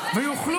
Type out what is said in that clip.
מה,